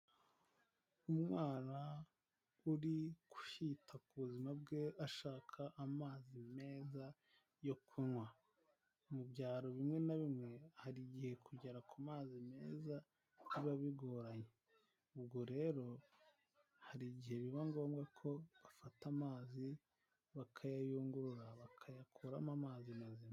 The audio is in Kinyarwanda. Umwana uri kwita ku buzima bwe ashaka amazi meza yo kunywa, mu byaro bimwe na bimwe hari igihe kugera ku mazi meza biba bigoranye, ubwo rero hari igihe biba ngombwa ko bafata amazi bakayayungurura bakayakuramo amazi mazima.